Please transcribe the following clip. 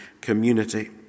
community